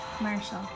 Marshall